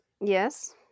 Yes